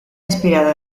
inspirado